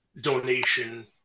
donation